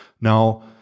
Now